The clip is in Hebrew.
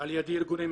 על ידי ארגון המחבלים,